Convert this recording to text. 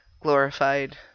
glorified